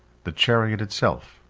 the chariot itself,